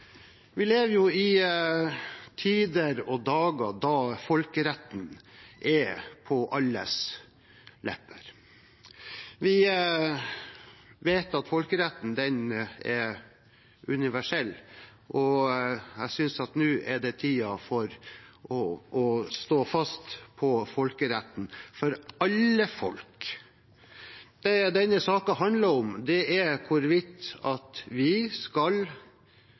Vi lever i tider og dager der folkeretten er på alles lepper. Vi vet at folkeretten er universell, og jeg syns at nå er det tid for å stå fast på folkeretten for alle folk. Det denne saken handler om, er hvorvidt vi skal